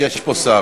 יש, יש פה שר.